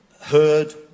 heard